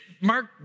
Mark